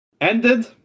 Ended